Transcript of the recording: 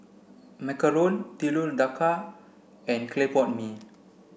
Macarons Telur Dadah and clay pot mee